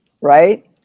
Right